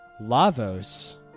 Lavos